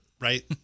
right